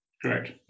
Correct